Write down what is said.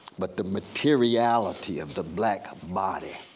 but the materiality of the black body